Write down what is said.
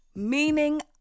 Meaning